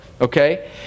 okay